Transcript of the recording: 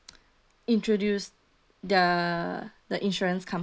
introduce the the insurance company